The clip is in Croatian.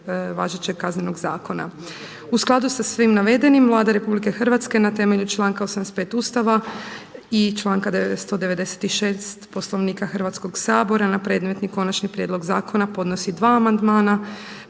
važećeg Kaznenog zakona. U skladu sa svim navedenim, Vlada RH na temelju članka 85. Ustava i članka 196. Poslovnika Hrvatskog sabora na predmetni konačni prijedlog zakona podnosi dva amandmana.